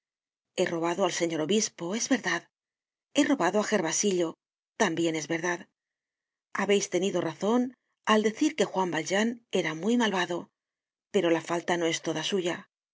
he robado al señor obispo es verdad he robado á gervasillo tambien es verdad habeis tenido razon al decir que juan valjean era muy malvado pero la falta no es toda suya